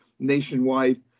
nationwide